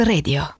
Radio